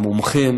עם מומחים,